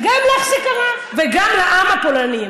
זה קרה וגם לעם הפולני,